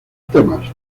temas